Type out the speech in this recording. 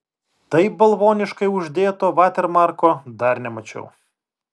taip balvoniškai uždėto vatermarko dar nemačiau